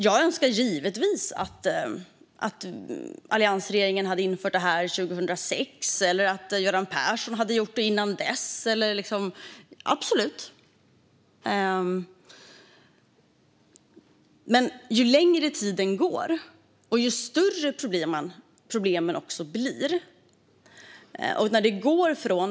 Jag önskar givetvis att alliansregeringen hade infört detta 2006 eller att Göran Persson hade gjort det innan dess - absolut. Men ju längre tid som har gått, desto större har problemen blivit.